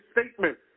statement